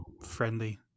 friendly